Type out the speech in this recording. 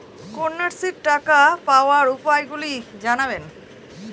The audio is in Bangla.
কন্যাশ্রীর টাকা পাওয়ার উপায়গুলি জানাবেন?